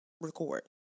record